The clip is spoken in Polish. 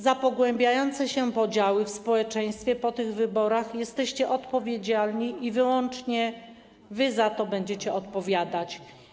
Za pogłębiające się podziały w społeczeństwie po tych wyborach wy jesteście odpowiedzialni i wyłącznie wy za to będziecie odpowiadać.